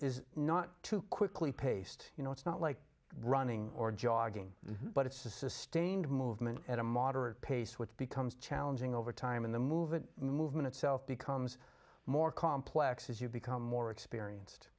is not too quickly paced you know it's not like running or jogging but it's a sustained movement at a moderate pace which becomes challenging over time in the movement movement itself becomes more complex as you become more experienced